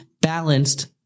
balanced